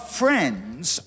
friends